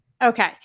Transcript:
Okay